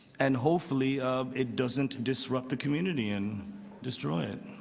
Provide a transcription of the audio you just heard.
and hopefully um it doesn't disrupt the community and destroy it.